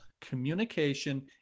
communication